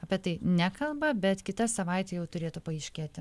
apie tai nekalba bet kitą savaitę jau turėtų paaiškėti